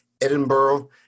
Edinburgh